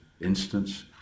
instance